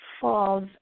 falls